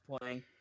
playing